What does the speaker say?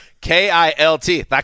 K-I-L-T